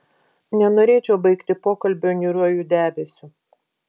nenorėčiau baigti pokalbio niūriuoju debesiu